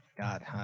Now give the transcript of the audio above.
God